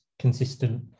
consistent